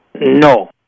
no